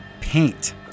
paint